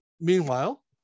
meanwhile